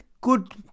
good